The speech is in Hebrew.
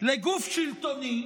לגוף שלטוני,